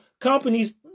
companies